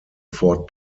ford